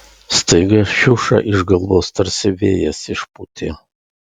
staiga šiušą iš galvos tarsi vėjas išpūtė